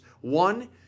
One